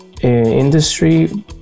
industry